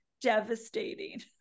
devastating